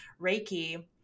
Reiki